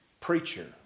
preacher